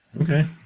okay